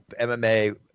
MMA